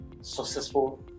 successful